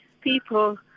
people